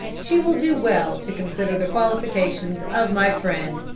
she will do well to consider the qualifications of my friend.